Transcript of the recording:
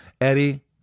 eddie